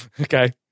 Okay